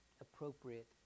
appropriate